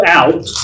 out